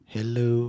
Hello